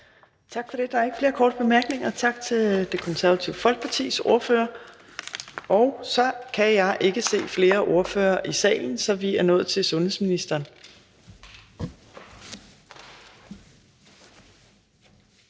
Tak for det. Der er ikke flere korte bemærkninger. Tak til Det Konservative Folkepartis ordfører. Jeg kan ikke se flere ordførere i salen, så vi er nået til sundhedsministeren.